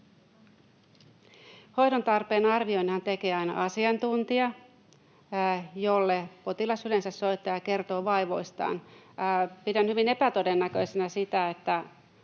Hoidon tarpeen arvioinninhan tekee aina asiantuntija, jolle potilas yleensä soittaa ja kertoo vaivoistaan. Pidän hyvin epätodennäköisenä sitä,